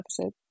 episode